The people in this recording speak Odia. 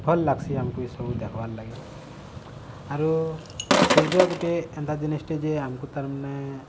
ଭଲ୍ ଲାଗ୍ସି ଆମ୍କୁ ଇସବୁ ଦେଖ୍ବାର୍ ଲାଗି ଆରୁ ସୂର୍ଯ୍ୟ ଗୁଟେ ଏନ୍ତା ଜିନିଷ୍ଟେ ଯେ ଆମ୍କୁ ତାର୍ମାନେ